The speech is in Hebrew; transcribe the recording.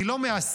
היא לא מהססת,